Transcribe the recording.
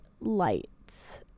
lights